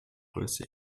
größe